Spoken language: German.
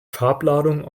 farbladung